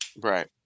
Right